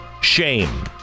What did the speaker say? shame